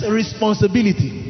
responsibility